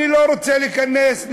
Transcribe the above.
אני לא רוצה להיכנס,